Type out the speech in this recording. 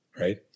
Right